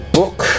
book